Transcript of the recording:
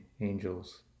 angels